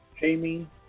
Jamie